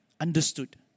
understood